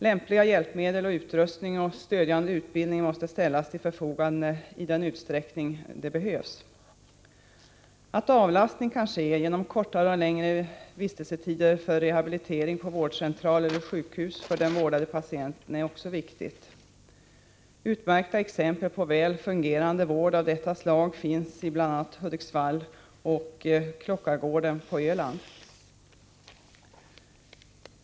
Lämpliga hjälpmedel och lämplig utrustning samt stödjande utbildning måste ställas till förfogande i den utsträckning detta behövs. Att avlastning kan ske genom kortare eller längre tids vistelse för rehabilitering på vårdcentral eller sjukhus för den vårdade patienten är också viktigt. Utmärkta exempel på väl fungerande vård av detta slag finns bl.a. i Hudiksvall och i Klockargården på Öland.